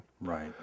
Right